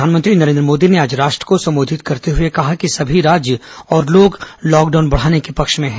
प्रधानमंत्री नरेन्द्र मोदी ने आज राष्ट्र को संबोधित करते हुए कहा कि सभी राज्य और लोग लॉकडाउन बढ़ाने के पक्ष में हैं